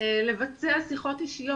לבצע שיחות אישיות.